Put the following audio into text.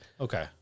Okay